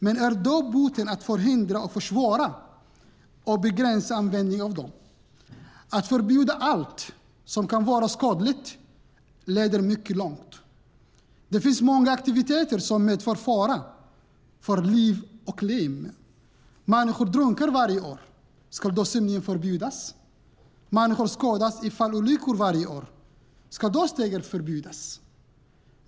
Men är då boten att förhindra, försvåra och begränsa användning av fyrverkerier? Att förbjuda allt som kan vara skadligt leder mycket långt. Det finns många aktiviteter som medför fara för liv och lem. Människor drunknar varje år - ska då simning förbjudas? Människor skadas i fallolyckor varje år - ska då stegar förbjudas?